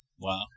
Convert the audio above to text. Wow